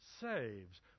saves